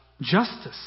justice